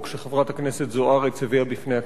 שחברת הכנסת זוארץ הביאה בפני הכנסת.